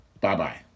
Bye-bye